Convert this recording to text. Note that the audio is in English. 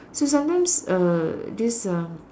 so sometimes uh this uh